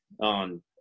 on